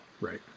Right